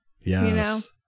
yes